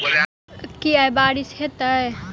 की आय बारिश हेतै?